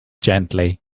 gently